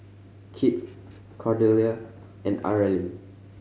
Kit Cordelia and Areli